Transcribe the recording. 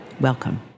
Welcome